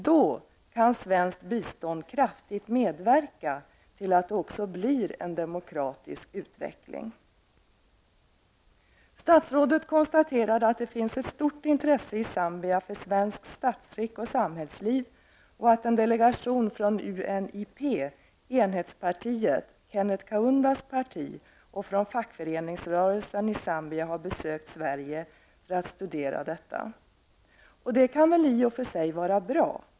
Då kan svenskt bistånd också kraftigt medverka till att en demokratisk utveckling sker. Statsrådet konstaterar att det finns ett stort intresse i Zambia för svenskt statsskick och samhällsliv. En delegation från UNIP, enhetspartiet -- Kenneth ZCTU, har besökt Sverige för att studera detta. Det kan väl i och för sig vara bra.